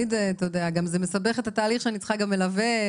זה גם מסבך את התהליך שאני צריכה מלווה,